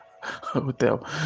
hotel